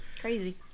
crazy